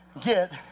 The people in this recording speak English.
get